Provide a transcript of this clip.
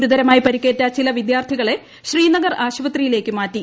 ഗുരുതരമായി പരിക്കേറ്റ ചില വിദ്യാർത്ഥികളെ ശ്രീനഗർ ആശുപത്രിയിലേയ്ക്ക് മാറ്റി